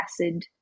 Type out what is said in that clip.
acid